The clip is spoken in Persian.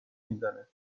میزنه